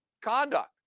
conduct